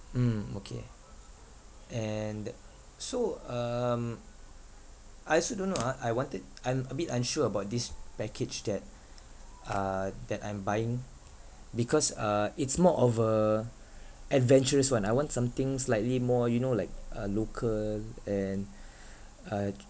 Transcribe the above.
mm okay and so um I also don't know ah I wanted I'm a bit unsure about this package that uh that I'm buying because uh it's more of a adventurous one I want something slightly more you know like uh local and uh